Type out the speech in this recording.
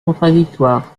contradictoires